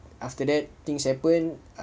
after that things happen